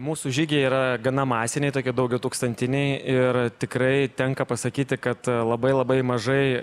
mūsų žygiai yra gana masiniai tokie daugiatūkstantiniai ir tikrai tenka pasakyti kad labai labai mažai